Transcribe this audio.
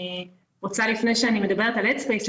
אני רוצה לפני שאני מדברת על headspace,